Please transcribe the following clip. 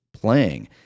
playing